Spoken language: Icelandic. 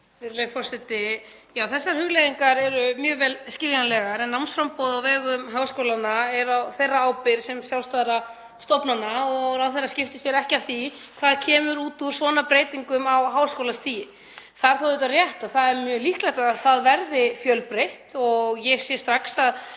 Þessar hugleiðingar eru mjög vel skiljanlegar. En námsframboð á vegum háskólanna er á þeirra ábyrgð sem sjálfstæðra stofnana og ráðherra skiptir sér ekki af því hvað kemur út úr svona breytingum á háskólastigi. Það er þó auðvitað rétt að það er mjög líklegt að námið verði fjölbreytt og ég sé strax að